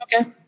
Okay